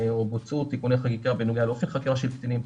ובוצעו תיקוני חקיקה בנוגע לאופן חקירה של קטינים,